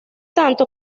tanto